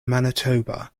manitoba